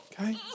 Okay